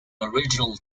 original